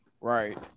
Right